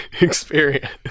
experience